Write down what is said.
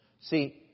See